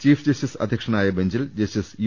chief justice അധ്യക്ഷനായ ബെഞ്ചിൽ justice U